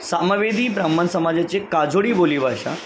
सामावेदी ब्राह्मण समाजाची कादोडी बोलीभाषा